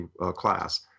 class